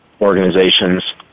organizations